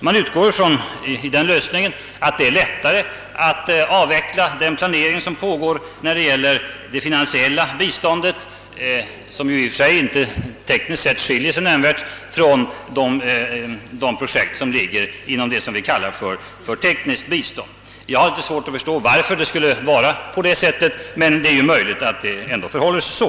Man utgår från att det är lättare att avveckla den planering som skett när det gäller det finansiella biståndet, som ju i och för sig inte skiljer sig nämnvärt från de projekt som vi kallar för tekniskt bistånd. Jag har litet svårt att förstå varför det skulle vara på det sättet, men det är ju ändå möjligt att det förhåller sig så.